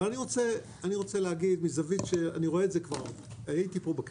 אני רוצה להגיד מזווית שאני רואה את זה: הייתי פה,